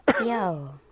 Yo